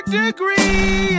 degree